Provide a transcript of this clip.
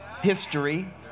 history